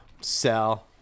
Sell